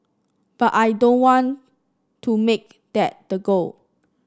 but I don't want to make that the goal